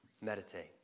meditate